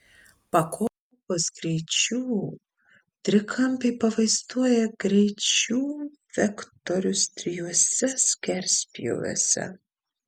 pakopos greičių trikampiai pavaizduoja greičių vektorius trijuose skerspjūviuose